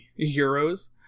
euros